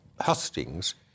hustings